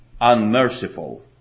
unmerciful